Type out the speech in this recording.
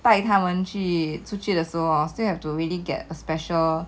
带他们去出去的时候 hor still have to really get a special